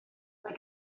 mae